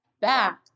back